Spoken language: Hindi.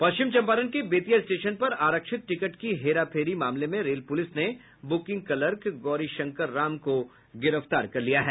पश्चिम चम्पारण के बेतिया स्टेशन पर आरक्षित टिकट की हेरा फेरी मामले में रेल पुलिस ने बुकिंग क्लर्क गोरीशंकर राम को गिरफ्तार किया है